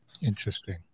Interesting